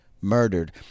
murdered